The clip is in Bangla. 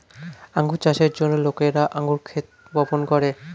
আঙ্গুর চাষের জন্য লোকেরা আঙ্গুর ক্ষেত বপন করে